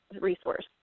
resource